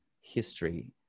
history